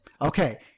Okay